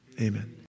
Amen